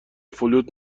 فلوت